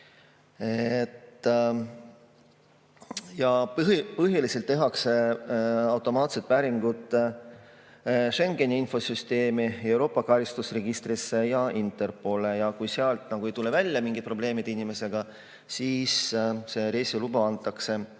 Põhiliselt tehakse automaatne päring Schengeni infosüsteemi, Euroopa karistusregistrisse ja Interpoli. Kui sealt ei tule välja mingeid probleeme inimesega seoses, siis see reisiluba antakse.